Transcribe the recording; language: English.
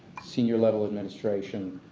senior level administration,